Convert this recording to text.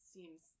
Seems